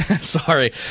sorry